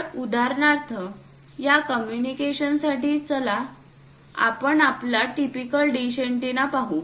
तर उदाहरणार्थ या कम्युनिकेशनसाठी चला आपण आपला टिपिकल डिश एंटीना पाहू